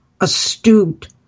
astute